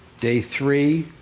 day three,